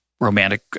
Romantic